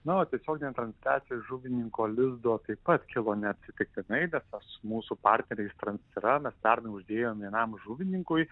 tiesioginę transliaciją žuvininko lizdo taip pat kilo neatsitiktinai bet tas mūsų tarpiniai yra pernai uždėjom žuvininkui